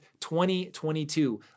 2022